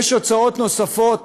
יש הוצאות נוספות